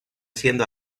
siendo